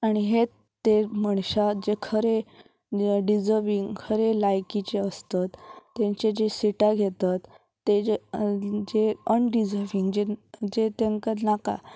आनी हेच ते मनशां जे खरें डिजर्वींग खरें लायकीचे असतत तेंचे जे सिटां घेतत ते जे जे अनडिजवींग जे जे तेंकां नाका